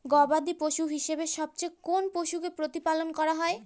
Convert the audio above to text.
গবাদী পশু হিসেবে সবচেয়ে কোন পশুকে প্রতিপালন করা হয়?